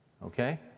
Okay